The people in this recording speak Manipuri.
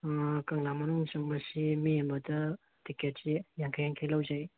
ꯀꯪꯂꯥ ꯃꯅꯨꯡ ꯆꯪꯕꯁꯤ ꯃꯤ ꯑꯃꯗ ꯇꯤꯀꯦꯠꯁꯤ ꯌꯥꯡꯈꯩ ꯌꯥꯡꯈꯩ ꯂꯧꯖꯩ